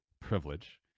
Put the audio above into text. privilege